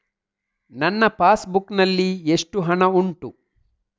ನನ್ನ passbook ನಲ್ಲಿ ಎಷ್ಟು ಹಣ ಉಂಟು?